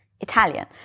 Italian